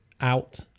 out